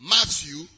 Matthew